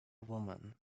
women